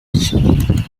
lit